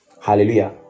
Hallelujah